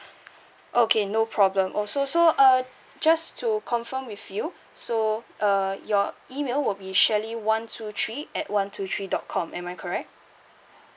okay no problem also so uh just to confirm with you so uh your email will be shirley one two three at one two three dot com am I correct